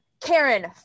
Karen